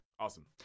Awesome